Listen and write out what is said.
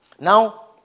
Now